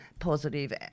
positive